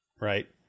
Right